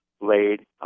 laid